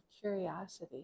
curiosity